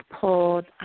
pulled